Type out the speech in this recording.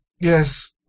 Yes